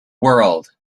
world